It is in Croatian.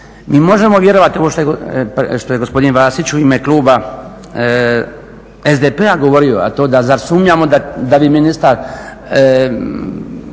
Mi možemo vjerovati, ovo što je gospodin Vasić u ime kluba SDP-a govorio, a to je da zar sumnjamo da bi ministar